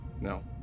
No